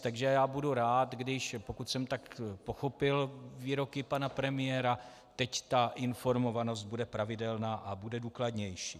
Takže já budu rád, pokud jsem tak pochopil výroky pana premiéra, když teď ta informovanost bude pravidelná a bude důkladnější.